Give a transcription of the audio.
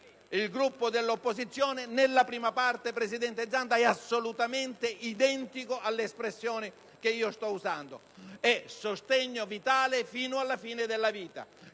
il Gruppo dell'opposizione, nella sua prima parte, senatore Zanda, è assolutamente identico all'espressione che io sto usando: è sostegno vitale fino alla fine della vita